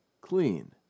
clean